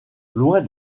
loin